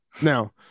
Now